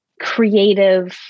creative